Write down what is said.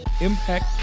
impact